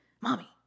mommy